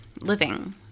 living